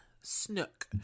Snook